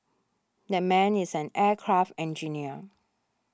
that man is an aircraft engineer